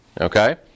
Okay